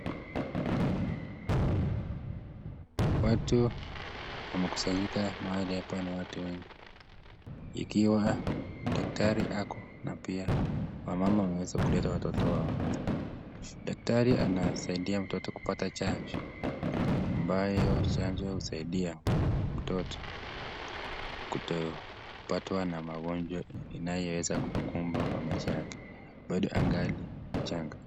Watu wamekusanyika mahali hapa ni watu wale ikiwa daktari ako na pia wamama wameweza kuketa watoto wao. Daktari anasaidia mtoto kupata chanjo ambayo chanjo husaidia mtoto kutopatwa na magonjwa inayoweza kukumba kwa maisha yake bado angali mchanga.